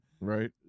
Right